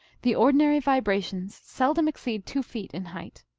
the ordinary vibrations seldom exceed two feet in height.